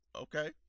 Okay